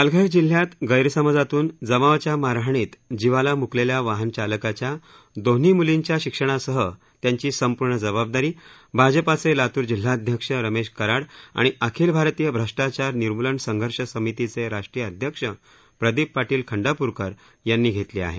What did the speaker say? पालघर जिल्ह्यात गैरसमजातून जमावाच्या मारहाणीत जिवाला मुकलेल्या वाहन चालकाच्या दोन्ही म्लींच्या शिक्षणासह त्यांची संपूर्ण जबाबदारी भाजपाचे लातूर जिल्हाध्यक्ष रमेश कराड आणि अखिल भारतीय भ्रष्टाचार निर्मुलन संघर्ष समितीचे राष्ट्रीय अध्यक्ष प्रदिप पाटील खंडाप्रकर यांनी घेतली आहे